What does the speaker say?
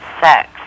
sex